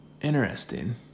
Interesting